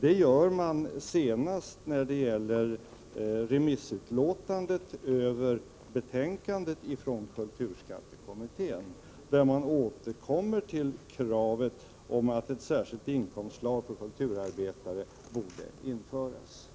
Det gör man senast i remissyttrandet över betänkandet från kulturskattekommittén, där man återkommer till kravet om att ett särskilt inkomstslag för kulturarbetare borde införas.